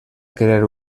crear